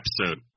episode